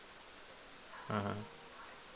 (uh huh)